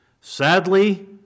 Sadly